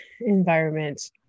environment